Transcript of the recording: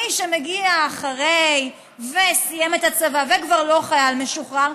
מי שמגיע אחרי וסיים את הצבא וכבר לא חייל משוחרר,